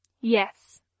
Yes